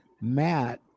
Matt